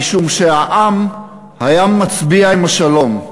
משום שהעם היה מצביע עם השלום,